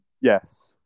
Yes